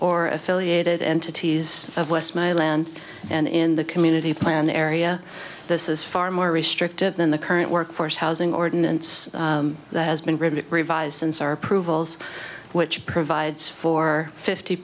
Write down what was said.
or affiliated entities of west my land and in the community plan area this is far more restrictive than the current workforce housing ordinance that has been revised since our approvals which provides for fifty